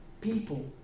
people